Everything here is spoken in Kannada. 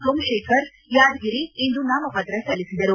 ಸೋಮಶೇಖರ್ ಯಾದಗಿರಿ ಇಂದು ನಾಮಪತ್ರ ಸಲ್ಲಿಸಿದರು